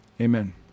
Amen